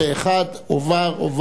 ההצעה לכלול